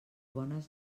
bones